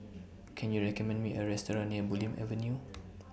Can YOU recommend Me A Restaurant near Bulim Avenue